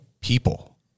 people